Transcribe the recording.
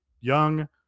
young